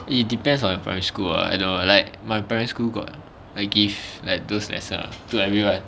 it depends on your primary school ah I don't know like my parent's school got like give like those as err to everyone